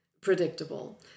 predictable